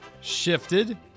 shifted